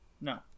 No